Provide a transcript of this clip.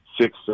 six